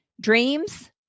dreams